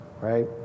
right